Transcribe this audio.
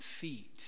feet